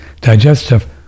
Digestive